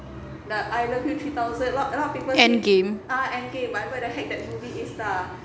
end game